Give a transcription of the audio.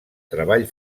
treball